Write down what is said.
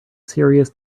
serious